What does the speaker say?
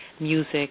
music